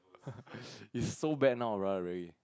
is so bad now really